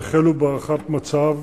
החלו בהערכת מצב